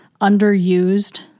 underused